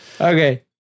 Okay